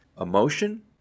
Emotion